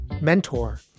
mentor